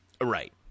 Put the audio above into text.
Right